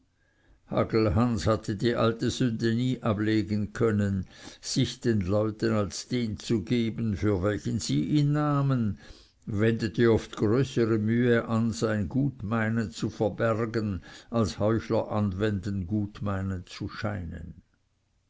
hagelhans hatte die alte sünde nie ablegen können sich den leuten als den zu geben für welchen sie ihn nahmen wendete oft größere mühe an sein gutmeinen zu verbergen als heuchler anwenden gutmeinend zu scheinen